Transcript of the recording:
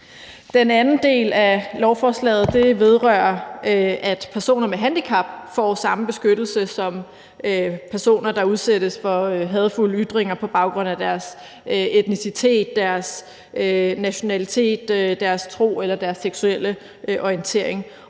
Den anden del af lovforslaget vedrører, at personer med handicap får samme beskyttelse som personer, der udsættes for hadefulde ytringer på baggrund af deres etnicitet, deres nationalitet, deres tro eller deres seksuelle orientering.